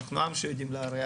אנחנו עם שיודע לארח.